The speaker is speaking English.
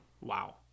Wow